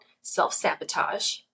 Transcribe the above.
self-sabotage